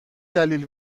دلیل